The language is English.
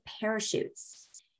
parachutes